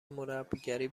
مربیگری